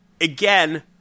again